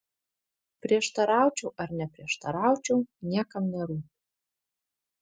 prieštaraučiau ar neprieštaraučiau niekam nerūpi